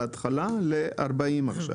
בהתחלה ל- 40 עכשיו?